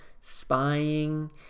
spying